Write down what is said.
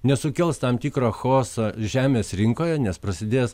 nesukels tam tikro chaoso žemės rinkoje nes prasidės